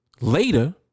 later